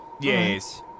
Yes